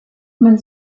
man